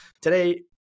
today